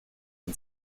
and